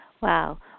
Wow